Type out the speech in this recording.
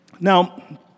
Now